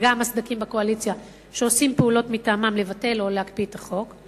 גם הסדקים בקואליציה שעושים פעולות מטעמם לבטל או להקפיא את החוק,